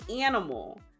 animal